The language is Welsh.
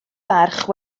barch